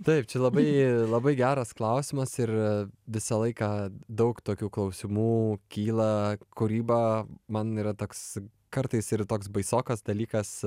taip čia labai labai geras klausimas ir visą laiką daug tokių klausimų kyla kūryba man yra toks kartais ir toks baisokas dalykas